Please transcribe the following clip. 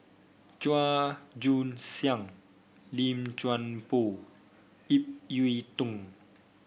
Chua Joon Siang Lim Chuan Poh Ip Yiu Tung